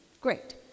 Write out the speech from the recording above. Great